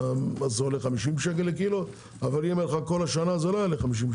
עולה 50 שקל לקילו אבל אם יהיה כל השנה זה לא יהיה כך.